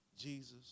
Jesus